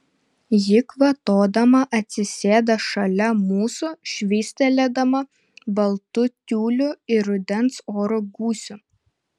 ji kvatodama atsisėda šalia mūsų švystelėdama baltu tiuliu ir rudens oro gūsiu